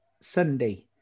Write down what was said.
Sunday